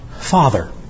Father